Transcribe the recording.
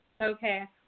Okay